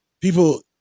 people